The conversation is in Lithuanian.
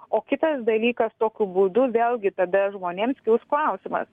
o kitas dalykas tokiu būdu vėlgi tada žmonėms kils klausimas